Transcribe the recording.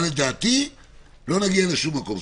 אבל לדעתי לא נגיע לשום מקום,